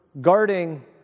guarding